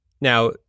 Now